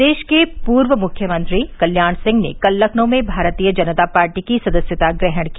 प्रदेश के पूर्व मुख्यमंत्री कल्याण सिंह ने कल लखनऊ में भारतीय जनता पार्टी की सदस्यता ग्रहण की